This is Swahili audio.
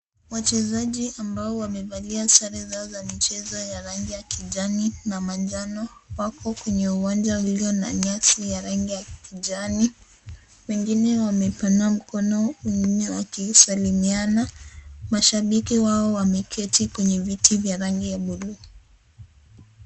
Wachezaji ambao wamevalia sare zao za michezo ya rangi ya kijani na manjano wako kwenye uwanja wa nyasi ya rangi ya kijani. Wengine wamepanua mkono, wengine wakisalimiana. Mashabiki wao wameketi kwenye viti vya rangi ya buluu.